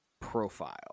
profile